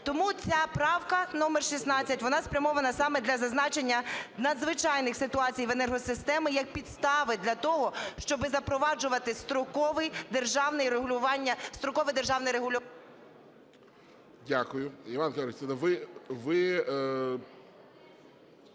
Тому ця правка номер 16, вона спрямована саме для зазначення надзвичайних ситуацій в енергосистемі, як підстави для того, щоби запроваджувати строкове державне регулювання…